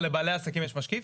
לבעלי העסקים יש משקיף?